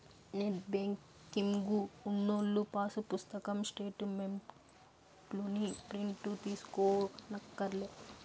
net banking ఉన్నోల్లు pass పుస్తకం స్టేటు మెంట్లుని ప్రింటు తీయించుకోనక్కర్లే